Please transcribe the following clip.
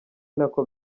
nako